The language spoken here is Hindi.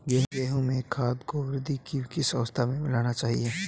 गेहूँ में खाद को वृद्धि की किस अवस्था में मिलाना चाहिए?